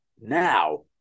now